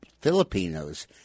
Filipinos